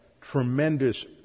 tremendous